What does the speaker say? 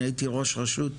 אני הייתי ראש ראשות.